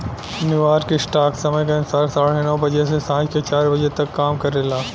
New York stock समय के अनुसार साढ़े नौ बजे से सांझ के चार बजे तक काम करेला